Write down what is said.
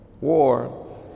war